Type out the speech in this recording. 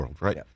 Right